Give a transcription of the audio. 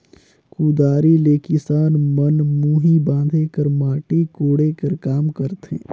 कुदारी ले किसान मन मुही बांधे कर, माटी कोड़े कर काम करथे